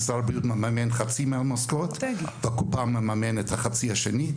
משרד הבריאות מממן את חצי המשכורת והקופה מממנת את החצי השני.